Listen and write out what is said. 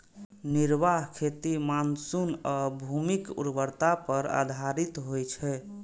निर्वाह खेती मानसून आ भूमिक उर्वरता पर आधारित होइ छै